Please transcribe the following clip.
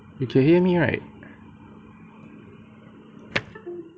you can hear me right